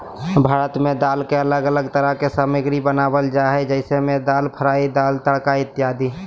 भारत में दाल के अलग अलग तरह के सामग्री बनावल जा हइ जैसे में दाल फ्राई, दाल तड़का इत्यादि